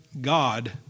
God